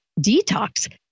detox